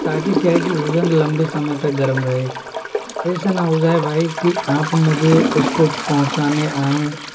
ताकि क्या है कि भजन लंबे समय तक गर्म रहे ऐसा ना हो जाए भाई की आप मुझे उसको पहुँचाने आएं